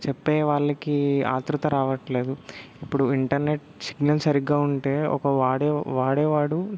చెప్పే వాళ్ళకి ఆతృత రావట్లేదు ఇప్పుడు ఇంటర్నెట్ సిగ్నల్స్ సరిగ్గా ఉంటే ఒక వాడే వాడే వాడు